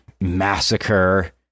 massacre